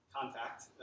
contact